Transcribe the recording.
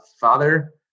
father